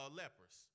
lepers